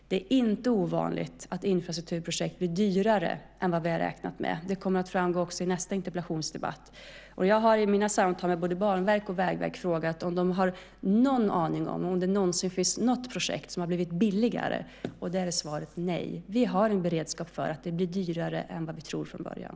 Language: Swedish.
Det är inte ovanligt att infrastrukturprojekt blir dyrare än vad vi har räknat med. Det kommer att framgå också i nästa interpellationsdebatt. Jag har i mina samtal med både Banverket och Vägverket frågat om de har någon aning om ifall det någonsin har funnits något projekt som har blivit billigare, och på det är svaret nej. Vi har en beredskap för att det blir dyrare än vad vi tror från början.